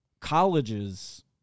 Colleges